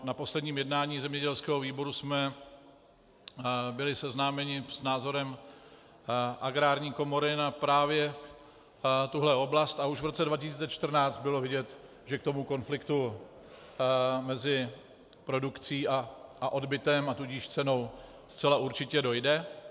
Na posledním jednání zemědělského výboru jsme byli seznámeni s názorem Agrární komory právě na tuhle oblast a už v roce 2014 bylo vidět, že k tomu konfliktu mezi produkcí a odbytem, tudíž cenou, zcela určitě dojde.